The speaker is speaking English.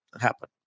happen